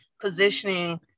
positioning